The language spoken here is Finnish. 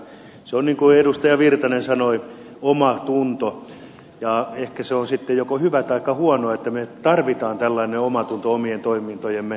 se on niin kuin edustaja virtanen sanoi omatunto ja ehkä se on sitten joko hyvä taikka huono että me tarvitsemme tällaisen omantunnon omien toimintojemme seuraamiseen ja valvontaan